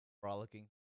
frolicking